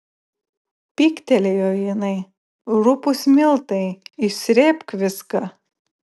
pyktelėjo jinai rupūs miltai išsrėbk viską